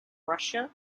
russia